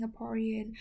singaporean